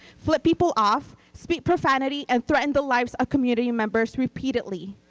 flip people off, speak profanity, and threaten the lives of community members repeatedly.